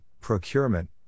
Procurement